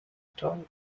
tall